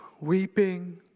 weeping